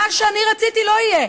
מה שאני רציתי לא יהיה,